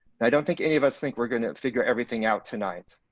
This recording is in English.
and i don't think any of us think we're gonna figure everything out tonight.